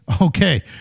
okay